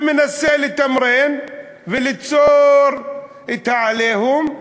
ומנסה לתמרן וליצור את ה"עליהום",